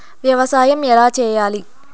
వ్యవసాయం ఎలా చేయాలి?